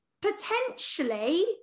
Potentially